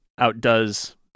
outdoes